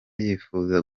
yifuza